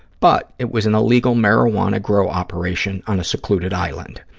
but it was an illegal marijuana grow operation on a secluded island.